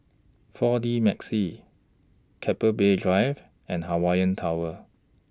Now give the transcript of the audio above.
four D Magix Keppel Bay Drive and Hawaii Tower